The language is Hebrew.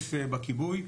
שהשתתף בכיבוי.